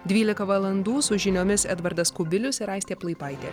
dvylika valandų su žiniomis edvardas kubilius ir aistė plaipaitė